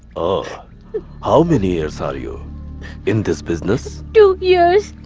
ah how many years are you in this business? two years.